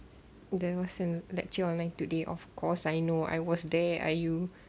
there was a lecture online today of course I know I was there !aiyo!